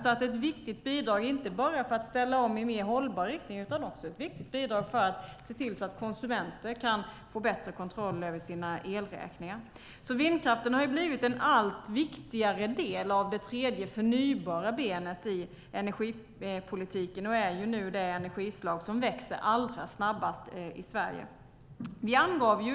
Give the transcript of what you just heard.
Det är ett viktigt bidrag inte bara för att ställa om i mer hållbar riktning utan också för att se till att konsumenterna kan få bättre kontroll över sina elräkningar. Vindkraften har blivit en allt viktigare del av det tredje förnybara benet i energipolitiken och är det energislag som växer allra snabbast i Sverige.